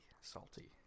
salty